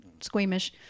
squeamish